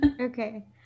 Okay